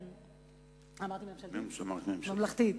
כן, ממלכתית.